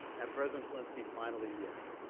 and president zelensky finally yielded.